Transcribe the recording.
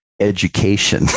education